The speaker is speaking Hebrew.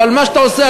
אבל מה שאתה עושה,